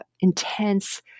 intense